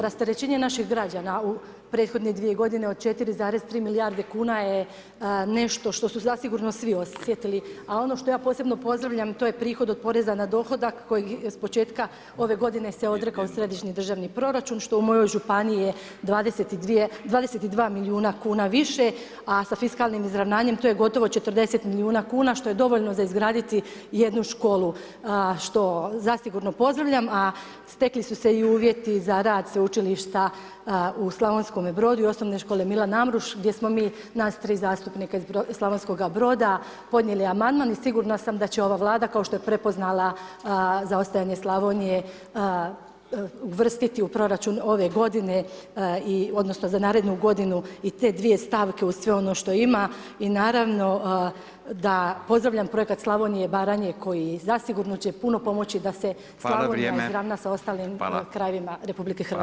Rasterećenje naših građana u prethodne 2 godine od 4,3 milijarde kuna je nešto što su zasigurno svi osjetili, a ono što ja posebno pozdravljam to je prihod od poreza na dohodak kojeg s početka ove godine se odrekao središnji državni proračun što u mojoj županiji je 22 milijuna kuna više a sa fiskalnim izravnanjem to je gotovo 40 milijuna kuna što je dovoljno za izgraditi jednu školu, a što zasigurno pozdravljam, a stekli su se i uvjeti za rad sveučilišta u Slavonskome Brodu i Osnovne škole Milan Amruš, gdje smo mi nas 3 zastupnika iz Slavonskoga Broda podnijeli amandman i sigurna sam da će ova Vlada kao što je prepoznala zaostajanje Slavonije uvrstiti u proračun ove godine i odnosno za narednu godinu i te dvije stavke uz sve ono što ima i naravno da pozdravljam Projekat Slavonije i Baranje koji zasigurno će puno pomoći da se [[Upadica: Hvala, vrijeme.]] Slavonija izravna [[Upadica: Hvala.]] sa ostalim krajevima RH.